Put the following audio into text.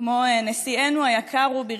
כמו נשיאנו היקר רובי ריבלין,